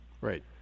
Right